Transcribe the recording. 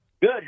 Good